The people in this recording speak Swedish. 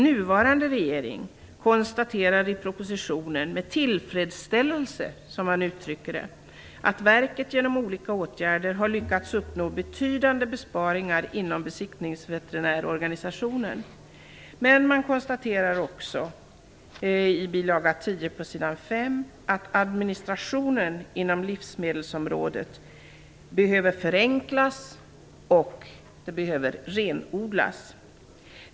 Nuvarande regering konstaterar i propositionen med tillfredsställelse, som man uttrycker det, att verket genom olika åtgärder har lyckats uppnå betydande besparingar inom besiktningsveterinärorganisationen, men man konstaterar också i bil. 10 s. 5 att administrationen inom livsmedelsområdet behöver förenklas och renodlas.